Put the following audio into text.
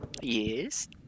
Yes